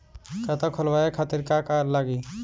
खाता खोलवाए खातिर का का लागी?